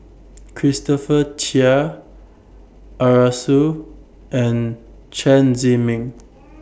Christopher Chia Arasu and Chen Zhiming